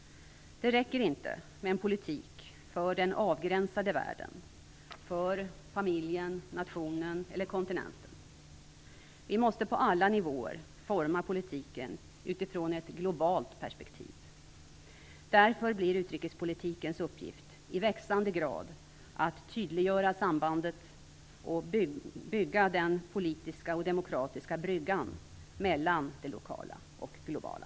Det räcker inte med en politik för den avgränsade världen - för familjen, nationen eller kontinenten. Vi måste på alla nivåer forma politiken utifrån ett globalt perspektiv. Därför blir utrikespolitikens uppgift i växande grad att tydliggöra sambandet och bygga den politiska och demokratiska bryggan mellan det lokala och det globala.